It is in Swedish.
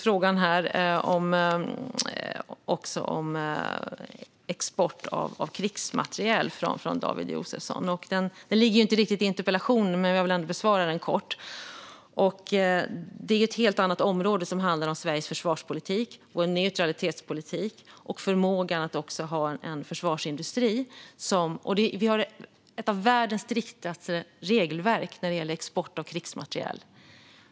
Frågan om export av krigsmateriel lyftes också här av David Josefsson. Den ligger ju inte riktigt i interpellationen, men jag vill ändå kort besvara den. Det är ett helt annat område, som handlar om Sveriges försvarspolitik och neutralitetspolitik och om förmågan att ha en försvarsindustri. Vi har ett av världens mest strikta regelverk när det gäller export av krigsmateriel.